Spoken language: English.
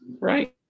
Right